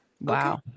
Wow